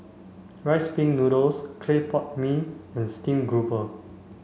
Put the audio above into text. rice pin noodles clay pot mee and stream grouper